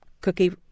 cookie